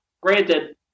granted